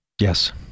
Yes